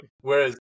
whereas